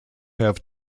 have